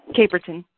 Caperton